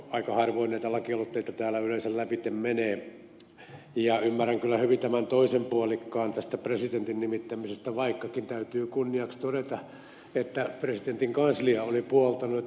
aika harvoin näitä lakialoitteita täällä yleensä lävitse menee ja ymmärrän kyllä hyvin tämän toisen puolikkaan tästä presidentin nimittämisestä vaikkakin täytyy kunniaksi todeta että presidentin kanslia oli tätä puoltanut